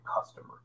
customer